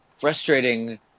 frustrating